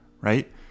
right